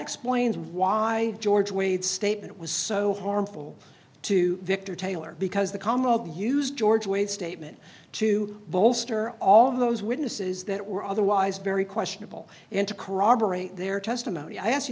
explains why george wade statement was so harmful to victor taylor because the comma used george wade statement to bolster all of those witnesses that were otherwise very questionable and to corroborate their testimony i ask you